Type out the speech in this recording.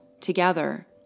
together